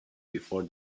before